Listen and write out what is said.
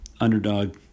underdog